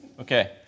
Okay